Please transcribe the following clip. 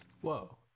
Whoa